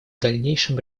дальнейшем